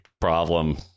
problem